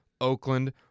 Oakland